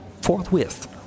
forthwith